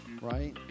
Right